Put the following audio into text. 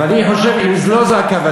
אבל אני חושב, אם לא זו הכוונה,